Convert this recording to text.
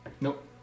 Nope